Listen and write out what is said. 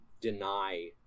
deny